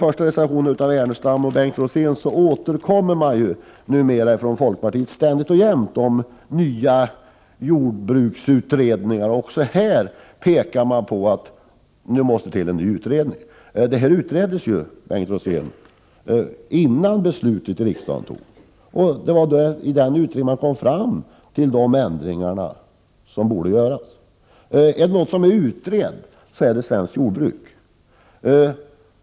Folkpartiet återkommer numera ständigt och jämt med förslag till nya jordbruksutredningar, och i den första reservationen av Lars Ernestam och Bengt Rosén begär man också en ny utredning. Men denna fråga utreddes, Bengt Rosén, innan beslut fattades i riksdagen. Denna utredning kom fram till de ändringar som borde göras. Är det något som är utrett så är det svenskt jordbruk.